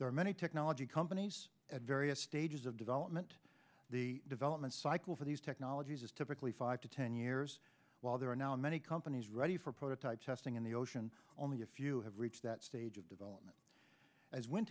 there are many technology come at various stages of development the development cycle for these technologies is typically five to ten years while there are now many companies ready for prototype testing in the ocean only if you have reached that stage of development as when